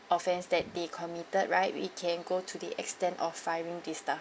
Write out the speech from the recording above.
offence that they committed right we can go to the extent of firing this staff